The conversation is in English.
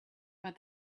but